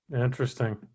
Interesting